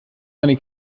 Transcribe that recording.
eine